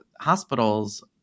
hospitals